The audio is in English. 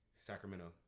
Sacramento